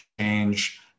change